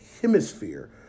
hemisphere